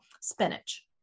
spinach